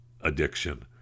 addiction